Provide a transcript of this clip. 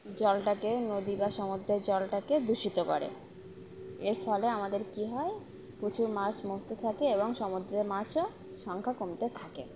জলটাকে নদী বা সমুদ্রের জলটাকে দূষিত করে এর ফলে আমাদের কি হয় প্রচুর মাছ মরতে থাকে এবং সমুদ্রের মাছও সংখ্যা কমতে থাকে